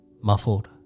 muffled